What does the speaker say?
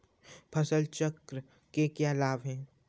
फसल चक्र के क्या लाभ हैं?